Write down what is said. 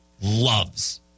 loves